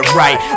right